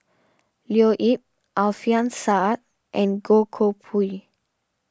Leo Yip Alfian Sa'At and Goh Koh Pui